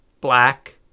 black